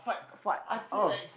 fart oh